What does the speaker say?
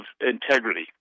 integrity